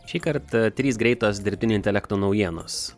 šį kartą trys greitos dirbtinio intelekto naujienos